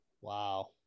Wow